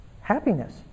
happiness